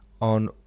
On